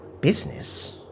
business